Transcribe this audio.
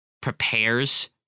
prepares